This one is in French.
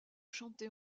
chantés